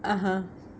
(uh huh)